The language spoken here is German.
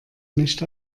nicht